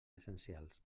essencials